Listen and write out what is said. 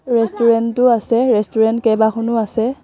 ৰেষ্টুৰেণ্টো আছে ৰেষ্টুৰেণ্ট কেইবাখনো আছে